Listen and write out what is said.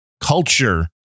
culture